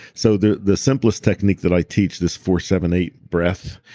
so the the simplest technique that i teach this four, seven, eight breath,